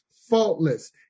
faultless